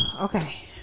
okay